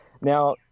Now